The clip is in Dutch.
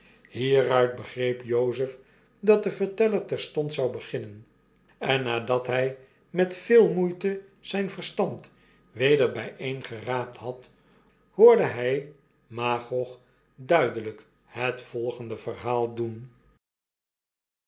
hieruit begreep jozef dat de verteller terstond zou beginnen en nadat hy met veel moeite zijn verstand weder bijeengeraapt had hoorde hjj magog duideljjk het volgende verhaal doen